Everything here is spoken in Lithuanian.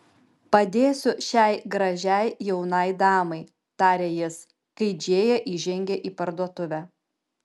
padėsiu šiai gražiai jaunai damai tarė jis kai džėja įžengė į parduotuvę